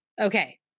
Okay